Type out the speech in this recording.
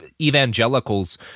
evangelicals